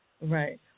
Right